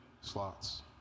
slots